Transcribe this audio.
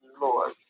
Lord